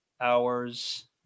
hours